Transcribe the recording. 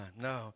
No